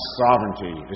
sovereignty